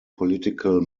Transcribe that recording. political